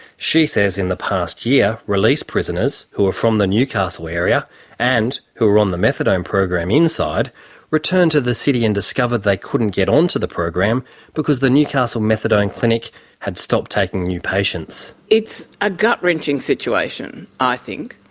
she says in the past year, released prisoners who are from the newcastle area and who are on the methadone program inside return to the city and discover they couldn't get onto the program because the newcastle methadone clinic had stopped taking new patients. it's a gut-wrenching situation, i think.